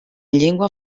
llengua